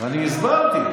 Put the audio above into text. אני הסברתי.